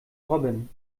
robin